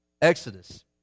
Exodus